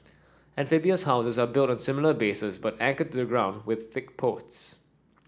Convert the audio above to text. amphibious houses are built on similar bases but anchored the ground with thick posts